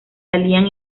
salían